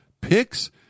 picks